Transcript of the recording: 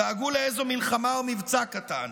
דאגו לאיזו מלחמה או מבצע קטן.